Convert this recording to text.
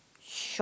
shop